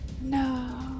No